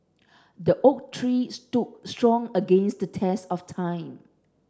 the oak tree stood strong against the test of time